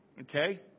Okay